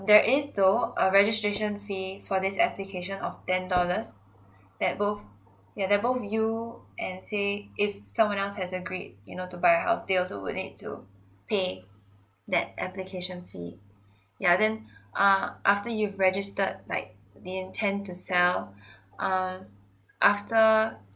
there is though a registration fee for this application of ten dollars that both yeah that both you and say if someone else has agreed you know to buy a house they also will need to pay that application fee yeah then err after you've registered like the intend to sell err after